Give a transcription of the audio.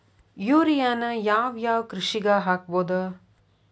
ಯೂರಿಯಾನ ಯಾವ್ ಯಾವ್ ಕೃಷಿಗ ಹಾಕ್ಬೋದ?